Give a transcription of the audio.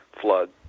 flood